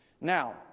Now